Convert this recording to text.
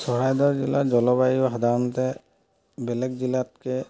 চৰাইদেউ জিলাত জলবায়ু সাধাৰণতে বেলেগ জিলাতকৈ